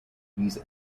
these